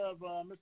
Mr